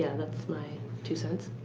and that's my two cents.